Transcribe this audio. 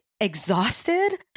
exhausted